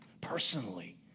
personally